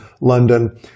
London